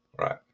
Right